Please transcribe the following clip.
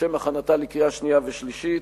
לשם הכנתה לקריאה שנייה ושלישית.